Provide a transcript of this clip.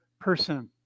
person